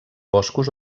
boscos